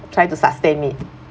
try to sustain it